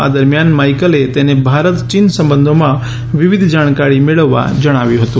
આ દરમિયાન માઇકલે તેને ભારત ચીન સંબંધોમાં વિવિધ જાણકારી મેળવવા જણાવ્યું હતું